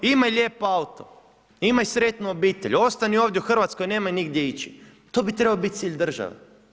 Imaj lijep auto, imaj sretnu obitelj, ostani ovdje u Hrvatskoj, nemoj nigdje ići, to bi trebao biti cilj države.